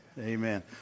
Amen